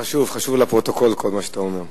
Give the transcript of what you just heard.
זה חשוב, חשוב לפרוטוקול כל מה שאתה אומר.